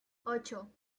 ocho